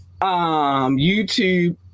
YouTube